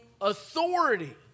authority